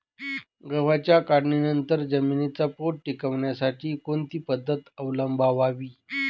गव्हाच्या काढणीनंतर जमिनीचा पोत टिकवण्यासाठी कोणती पद्धत अवलंबवावी?